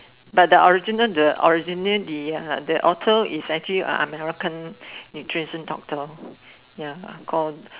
but the original the original the uh the author is actually a American nutrition doctor ya uh called